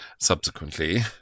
subsequently